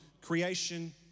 creation